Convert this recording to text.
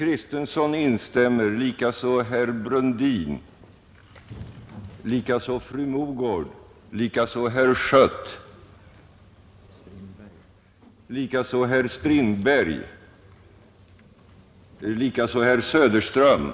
Vinner nej har kammaren beslutat bordlägga ifrågavarande proposition till nästa sammanträde.